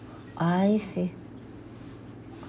I see